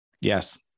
Yes